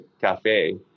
cafe